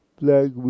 black